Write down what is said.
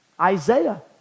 Isaiah